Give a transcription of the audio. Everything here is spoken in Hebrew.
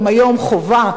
היום חובה,